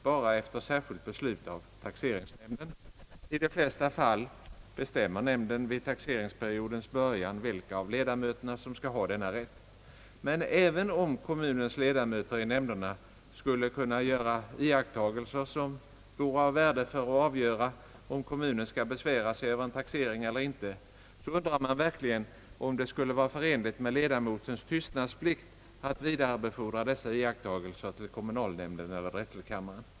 I de flesta fall bestämmer nämnden vid taxeringsperiodens början vilka av ledamöterna som skall ha denna rätt. Men även om kommu nens ledamöter i nämnderna skulle kunna göra iakttagelser som vore av värde för att bedöma huruvida kommunen skall besvära sig över en taxering eller inte, undrar man verkligen om det skulle vara förenligt med ledamotens tystnadsplikt att vidarebefordra dessa iakttagelser till kommunalnämnden eller drätselkammaren.